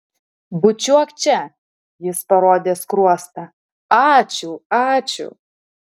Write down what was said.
bučiuok čia jis parodė skruostą ačiū ačiū